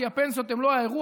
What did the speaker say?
כי הפנסיות הן לא האירוע.